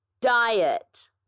diet